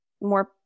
more